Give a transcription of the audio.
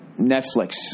netflix